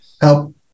help